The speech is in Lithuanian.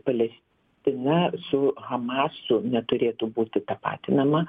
palestina su hamasu neturėtų būti tapatinama